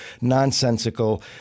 nonsensical